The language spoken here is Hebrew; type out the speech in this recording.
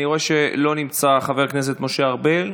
אני רואה שלא נמצא חבר הכנסת משה ארבל,